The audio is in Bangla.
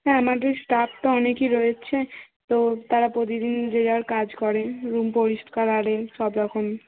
হ্যাঁ আমাদের স্টাফ তো অনেকই রয়েছে তো তারা প্রতিদিন যে যার কাজ করে রুম পরিষ্কার আর এ সব রকম